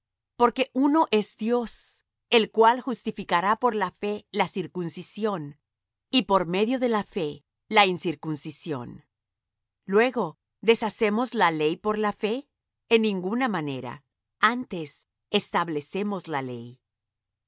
porque uno es dios el cual justificará por la fe la circuncisión y por medio de la fe la incircuncisión luego deshacemos la ley por la fe en ninguna manera antes establecemos la ley